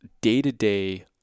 day-to-day